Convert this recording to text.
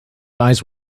eyes